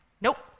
Nope